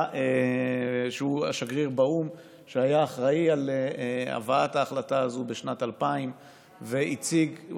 שהוא השגריר באו"ם שהיה אחראי להבאת ההחלטה הזו בשנת 2000. הוא הציג,